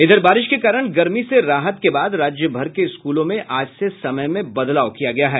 इधर बारिश के कारण गर्मी से राहत के बाद राज्य भर के स्कूलों में आज से समय में बदलाव किया गया है